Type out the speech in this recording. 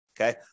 Okay